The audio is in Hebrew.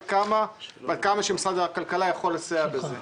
כמה שמשרד הכלכלה יכול לסייע לזה.